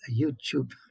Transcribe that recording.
YouTube